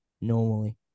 normally